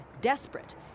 desperate